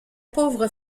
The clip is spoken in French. pauvre